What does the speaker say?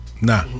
Nah